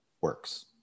works